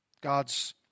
God's